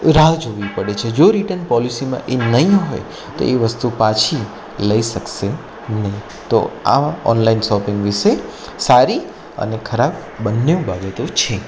રાહ જોવી પડે છે જો રિટન પોલિસીમાં એ નહીં હોય તો એ વસ્તુ પાછી લઈ શકશે નહીં તો આ ઓનલાઈન શોપિંગ વિશે સારી અને ખરાબ બંને બાબતો છે